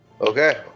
Okay